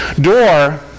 door